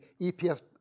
EPS